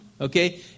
okay